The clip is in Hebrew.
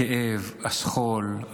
עם הכאב והשכול.